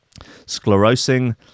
sclerosing